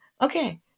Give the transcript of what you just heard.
okay